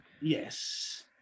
Yes